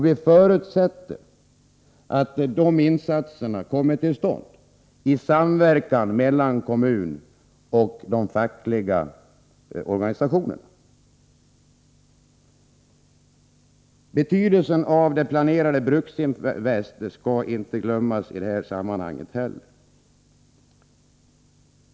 Vi förutsätter att dessa insatser kommer till stånd i samverkan mellan kommunerna och de fackliga organisationerna. Betydelsen av det planerade Bruksinvest skall heller inte glömmas i sammanhanget.